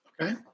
Okay